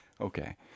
okay